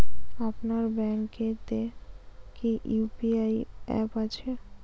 আপনার ব্যাঙ্ক এ তে কি ইউ.পি.আই অ্যাপ আছে?